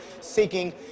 seeking